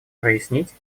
прояснить